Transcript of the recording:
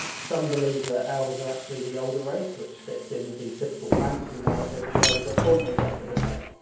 some believe that elves are actually the older race, which fits in with the typical fantasy narrative, although the point is up for debate.